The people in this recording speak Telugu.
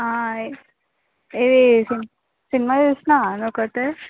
హాయ్ ఇది సి సినిమా చూస్తున్నావా నువ్వు కొత్తవి